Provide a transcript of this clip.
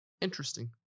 Interesting